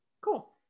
cool